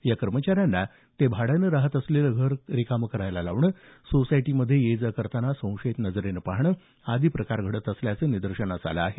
या कर्मचाऱ्यांना ते भाड्यानं राहत असलेलं घर खाली करायला लावणं सोसायटीमध्ये ये जा करताना संशयित नजरेनं पहाणं आदी प्रकार घडत असल्याचं निदर्शनास आलं आहे